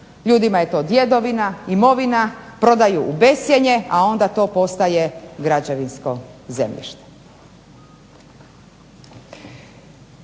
ljudima je to djedovina, imovina, prodaju u bescjenje, a onda to postaje građevinsko zemljište.